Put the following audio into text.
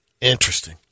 Interesting